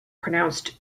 pronounced